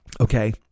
okay